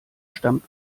stammt